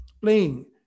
playing